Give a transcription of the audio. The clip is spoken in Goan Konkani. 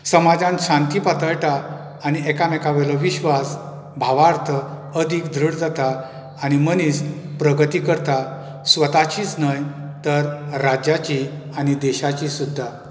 समाजान शांती पातळटा आनी एकामेका वयलो विश्वास भावार्थ अदीक दृढ जाता आनी मनीस प्रगती करतां स्वताचीच न्हय तर राज्याची आनी देशाची सुद्दां